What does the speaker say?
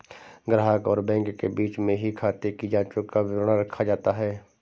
ग्राहक और बैंक के बीच में ही खाते की जांचों का विवरण रखा जाता है